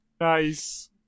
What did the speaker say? Nice